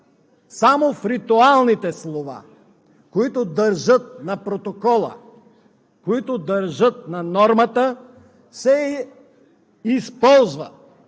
Само в ритуалните слова, които държат на протокола, които държат на нормата, се използва